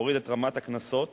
הוריד את רמת הקנסות